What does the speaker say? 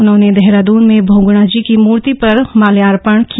उन्होंने देहरादन में बहग्णाजी की मूर्ति पर माल्यार्पण किया